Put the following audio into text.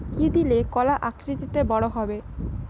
কি দিলে কলা আকৃতিতে বড় হবে?